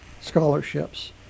scholarships